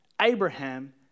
Abraham